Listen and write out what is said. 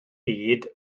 byd